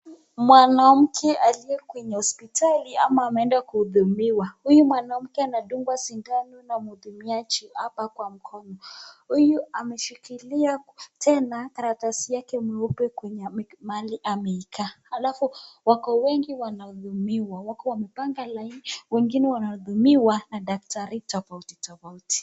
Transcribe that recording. Mwanamke aliye kwenye hospitali ama ameenda kuhudumiwa. Huyu mwanamke anadungwa sindano na mhudumiaji hapa kwa mkono. Huyu ameshikilia tena karatasi yake meupe kwenye mahali ameika. Alafu wako wengi wanahudumiwa. Wako wamepanga laini, wengine wanahudumiwa na daktari tofauti tofauti.